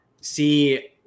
see